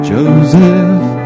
Joseph